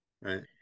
right